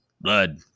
blood